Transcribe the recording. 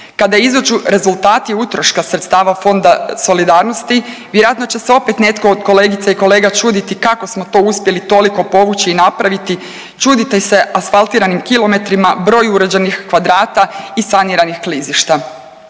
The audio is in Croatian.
Kada izađu rezultati utroška sredstava Fonda solidarnosti vjerojatno će se opet netko od kolegica i kolega čuditi kako smo to uspjeli toliko povući i napraviti, čuditi se asfaltiranim kilometrima, broju uređenih kvadrata i saniranih klizišta.